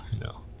No